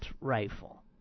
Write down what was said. rifle